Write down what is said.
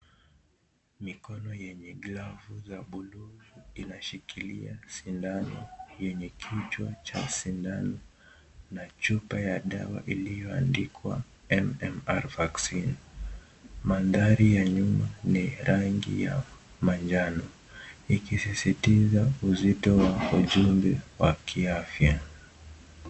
Mikono yenye glovu ya blue inashikilia shindano yenye kichwa ya sindano na chupa ya dawa iliyo andikwa MMR VACCINE.madhari ya nyuma ni rangi ya manjano ikisisitizauzito wa ujumbe ya kiafya.